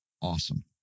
awesome